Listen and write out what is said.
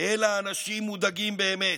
אלא אנשים מודאגים באמת,